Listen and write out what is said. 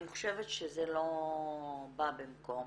אני חושבת שזה לא בא במקום.